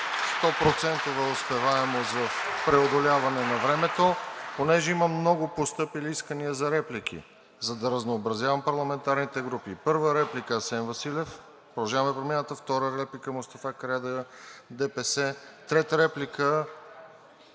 успеваемост в преодоляване на времето. Понеже имам много постъпили искания за реплики, за да разнообразявам парламентарните групи: първа реплика – Асен Василев от „Продължаваме Промяната“, втора реплика – Мустафа Карадайъ от ДПС, трета реплика –